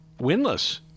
winless